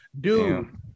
Dude